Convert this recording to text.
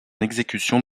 exécution